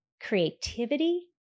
creativity